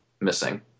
missing